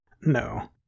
No